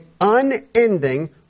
unending